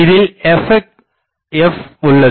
இதில் f உள்ளது